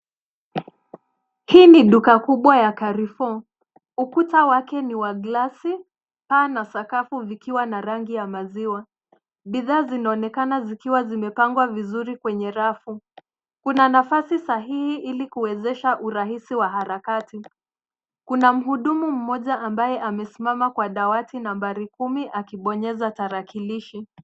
Hii ni duka kubwa ya Carrefour. Ukuta wake ni wa glasi, paa na sakafu vikiwa na rangi ya maziwa. Bidhaa zinaonekana zikiwa zimepangwa vizuri kwenye rafu. Kuna nafasi sahihi ili kuwezesha urahisi wa harakati. Kuna mhudumu mmoja ambaye amesimama kwa dawati nambari kumi akibonyeza tarakilishi.